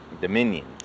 dominion